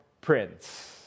prince